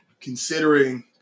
considering